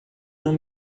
não